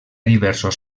diversos